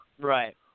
Right